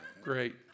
great